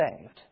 saved